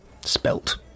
spelt